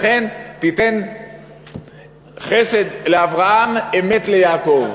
לכן תיתן חסד לאברהם ואמת ליעקב.